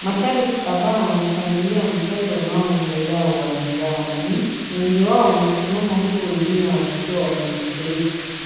Mashabiki kadhaa wanashangilia mchezo unaoendelea uwanjani wengi wao wamesimama huku wengine wakiwa wameketi,